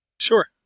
Sure